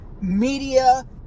media